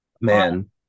man